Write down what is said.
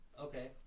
Okay